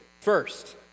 First